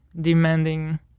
demanding